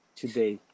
today